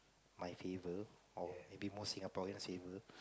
my favour or maybe most Singaporean's favour